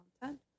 content